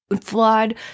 flawed